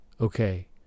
okay